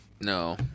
No